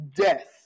death